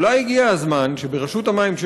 אולי הגיע הזמן שברשות המים,